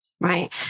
Right